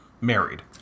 married